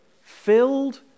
Filled